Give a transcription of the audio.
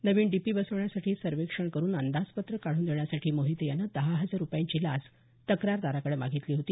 नवीन DP बसवण्यासाठी सर्वेक्षण करून अंदाजपत्रक काढून देण्यासाठी मोहिते यानं दहा हजार रूपयांची लाच तक्रारदाराकडं मागितली होती